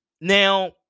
Now